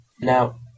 Now